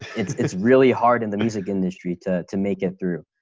it's it's really hard in the music industry to to make it through.